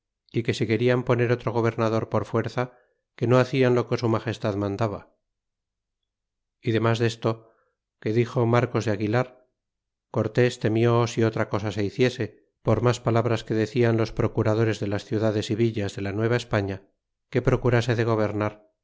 y que si quedan poner otro gobernador por fuerza que no hacian lo que su magestad mandaba y demas desto que dixo marcos de aguilar cortés temió si otra cosa se hiciese por mas palabras que decian los procuradores de las ciudades y villas de la nueva españa que procurase de gobernar